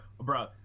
Bro